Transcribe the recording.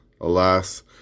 Alas